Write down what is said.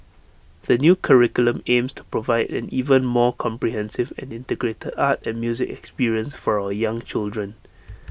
the new curriculum aims to provide an even more comprehensive and integrated art and music experience for our young children